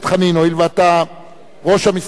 הואיל ואתה ראש המסתייגים,